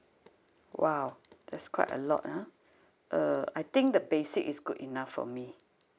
!wow! that's quite a lot ah uh I think the basic is good enough for me